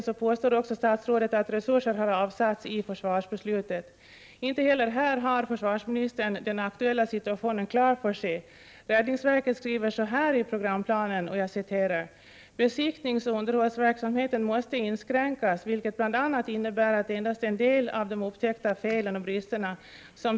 Det skulle behövas ca 325 milj.kr../år för att bygga skyddsrum i takt med behovet i de utsatt orterna.